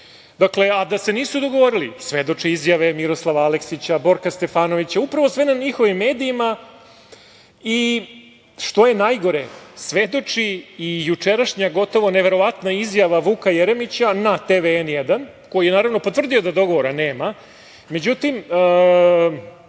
Srbije. Dakle, da se nisu dogovorili svedoče izjave Miroslava Aleksića, Borka Stefanovića, upravo sve na njihovim medijima i što je najgore svedoči i jučerašnja gotovo neverovatna izjava Vuka Jeremića na televiziji „N1“, koji je naravno potvrdio da dogovora nema. Međutim,